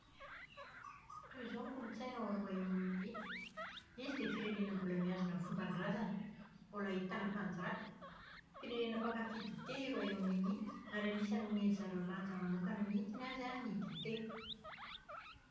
Toy izao ny kolotsaina ao Royaume-Uni. Izy dia firenena mbola mihazona ny fomban-drazany. Mbola ahitàna mpanjaka. Firenena mpankafy dite i Royaume-Uni ary anisany omen'ny zareo lanja manokana mihitsy ny azy an ilay dite.